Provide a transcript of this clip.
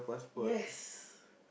yes